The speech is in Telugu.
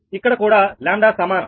ఇక్కడ కూడా 𝜆 సమానం